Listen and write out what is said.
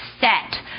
set